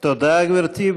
תודה, גברתי.